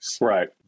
Right